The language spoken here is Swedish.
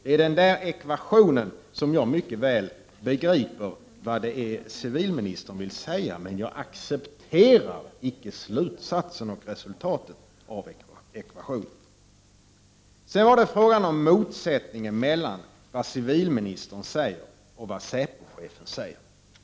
Jag begriper mycket väl vad det är för ekvation civilministern vill ställa upp, men jag accepterar icke slutsatsen och resultatet av ekvationen. Sedan har vi frågan om motsättningen mellan vad civilministern säger och vad säpochefen säger.